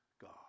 God